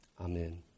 Amen